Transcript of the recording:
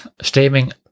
steaming